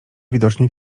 widocznie